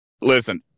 listen